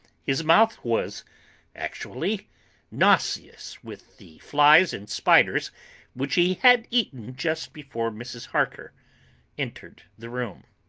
his mouth was actually nauseous with the flies and spiders which he had eaten just before mrs. harker entered the room.